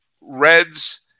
Reds